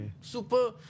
super